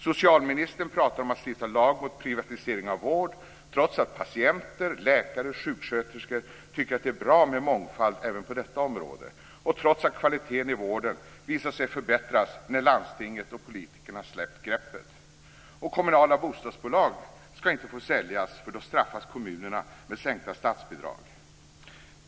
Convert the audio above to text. Socialministern pratar om att stifta lag mot privatisering av vård, trots att patienter, läkare och sjuksköterskor tycker att det är bra med mångfald även på detta område och trots att kvaliteten i vården visat sig förbättras när landstinget och politikerna släppt greppet. Och kommunala bostadsbolag ska inte få säljas, för då straffas kommunerna med sänkta statsbidrag.